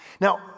Now